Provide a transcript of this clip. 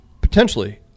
potentially